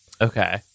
okay